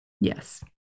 Yes